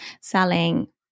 selling